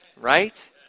right